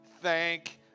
thank